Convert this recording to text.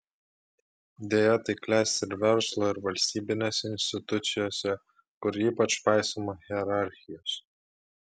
deja tai klesti ir verslo ir valstybinėse institucijose kur ypač paisoma hierarchijos